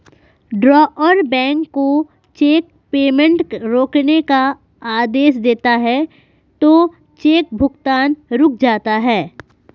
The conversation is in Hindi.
ड्रॉअर बैंक को चेक पेमेंट रोकने का आदेश देता है तो चेक भुगतान रुक जाता है